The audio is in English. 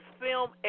film